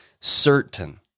certain